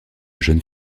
jeunes